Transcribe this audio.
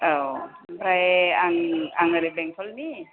औ ओमफ्राय आं आं ओरै बेंटलनि